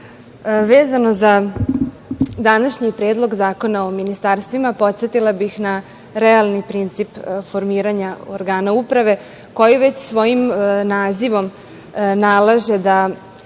vezano za današnji Predlog zakona o ministarstvima, podsetila bih na realni princip formiranja organa uprave koji već svojim nazivom nalaže da